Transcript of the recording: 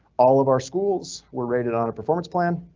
all of our schools were rated on a performance plan.